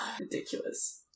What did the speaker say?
ridiculous